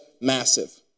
massive